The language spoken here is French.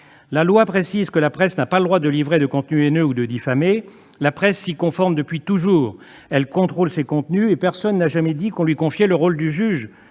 La loi précise que la presse n'a pas le droit de livrer de contenus haineux ou de diffamer. La presse se conforme depuis toujours à ces principes ; elle contrôle ses contenus et personne n'a jamais dit qu'on lui confiait le rôle du juge.